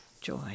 joy